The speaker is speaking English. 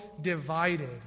divided